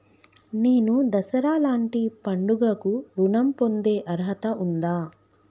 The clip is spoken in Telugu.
నేను దసరా లాంటి పండుగ కు ఋణం పొందే అర్హత ఉందా?